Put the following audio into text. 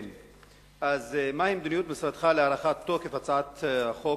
1. מהי מדיניות משרדך להארכת תוקף הצעת החוק,